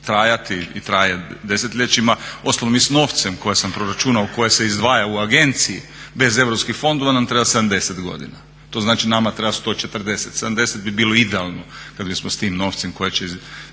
trajati i traje desetljećima. Uostalom, mi s novcem koje sam proračunao koje se izdvaja u agenciji bez EU fondova nam treba 70 godina. To znači nama treba 140, 70 bi bilo idealno kad bismo s tim novcem koje će se izdvajati